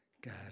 God